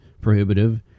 prohibitive